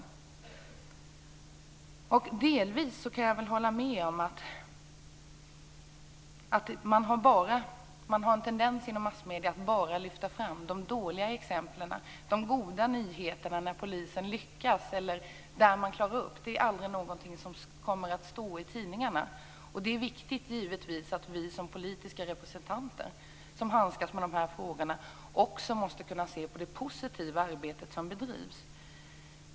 Jag kan delvis hålla med om att det är en tendens i massmedierna att bara lyfta fram de dåliga exemplen. De goda nyheterna, när polisen lyckas och klarar upp brott, kommer aldrig att stå i tidningarna. Det är givetvis viktigt att vi som politiska representanter, som handskas med dessa frågor, också måste kunna se på det positiva arbete som bedrivs.